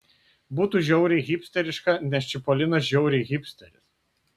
būtų žiauriai hipsteriška nes čipolinas žiauriai hipsteris